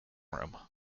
room